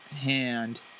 hand